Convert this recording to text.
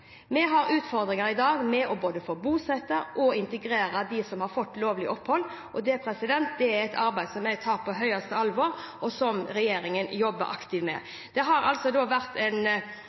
Vi har utfordringer i dag både med å bosette og integrere dem som har fått lovlig opphold, og det er et arbeid som jeg tar på det største alvor, og som regjeringen jobber aktivt med. Det har vært en